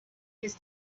his